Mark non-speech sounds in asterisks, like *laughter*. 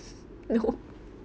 *laughs* no